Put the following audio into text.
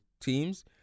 teams